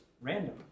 random